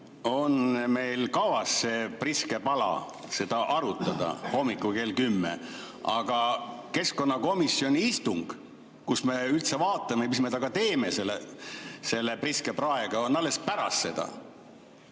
on meil kavas seda prisket pala arutada hommikul kell 10. Aga keskkonnakomisjoni istung, kus me üldse vaatame, mis me temaga teeme – selle priske praega –, on alles pärast seda.